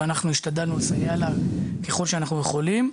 והשתדלנו לסייע לה ככל שאנחנו יכולים.